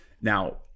Now